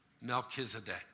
Melchizedek